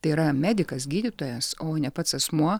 tai yra medikas gydytojas o ne pats asmuo